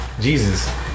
Jesus